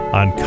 on